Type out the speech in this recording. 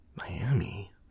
Miami